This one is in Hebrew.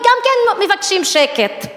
וגם כן מבקשים שקט.